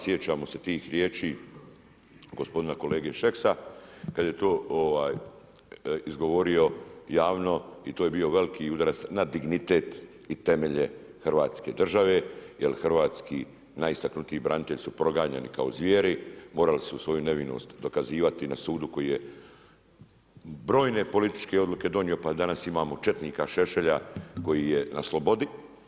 Sjećamo se tih riječi gospodina kolege Šeksa kad je to izgovorio javno i to je bio veliki udarac na dignitet i temeljen hrvatske države jer hrvatski najistaknutiji branitelji su proganjani kao zvijeri, morali su svoju nevinost dokazivati na sudu koji je brojne političke odluke donio pa danas imao četnika Šešelja koji je na slobodi.